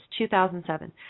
2007